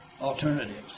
alternatives